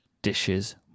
dishes